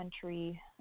country